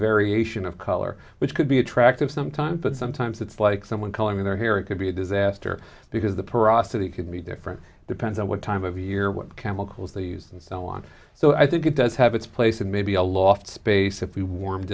variation of color which could be attractive sometimes but sometimes it's like someone calling their hair it could be a disaster because the perasso they can be different depends on what time of year what chemicals these and so on so i think it does have its place and maybe a loft space if we warmed